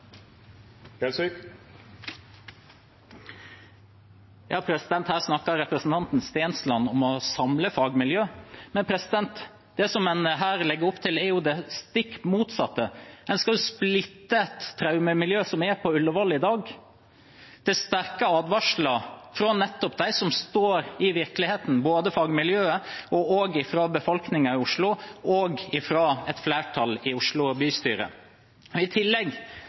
legger opp til her, er det stikk motsatte. En skal splitte et traumemiljø som er på Ullevål i dag. Det er sterke advarsler fra nettopp dem som står i virkeligheten, fra både fagmiljøet, befolkningen i Oslo og et flertall i Oslo bystyre. I tillegg